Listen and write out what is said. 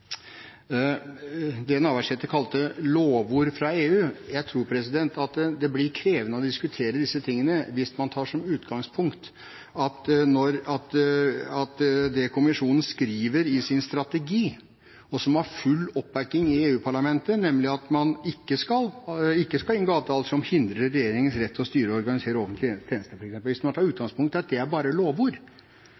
det Navarsete kalte lovord fra EU: Jeg tror at det blir krevende å diskutere disse tingene hvis man tar som utgangspunkt at det kommisjonen skriver i sin strategi, og som har full oppbakking i EU-parlamentet, nemlig at man ikke skal inngå avtaler som hindrer regjeringenes rett til å styre og organisere offentlige tjenester, f.eks., bare er lovord, og forhandles bort. Da blir debatten ganske krevende. Jeg vet ikke hvordan det